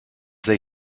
they